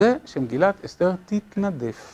ושמגילת אסתר תתנדף